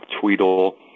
Tweedle